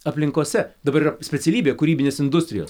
aplinkose dabar yra specialybė kūrybinės industrijos